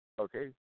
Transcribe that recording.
Okay